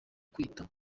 kwita